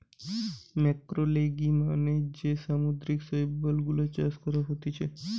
ম্যাক্রোলেগি মানে যে সামুদ্রিক শৈবাল গুলা চাষ করা হতিছে